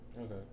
Okay